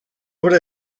obra